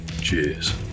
Cheers